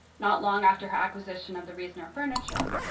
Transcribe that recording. not long after her acquisition of the riesener furniture,